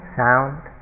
sound